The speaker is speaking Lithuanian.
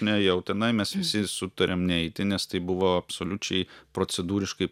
nėjau tenai mes visi sutarėm neiti nes tai buvo absoliučiai procedūriškai